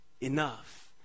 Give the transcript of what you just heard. enough